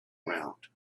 round